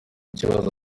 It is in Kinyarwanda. ikibazo